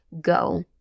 go